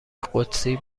قدسی